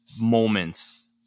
moments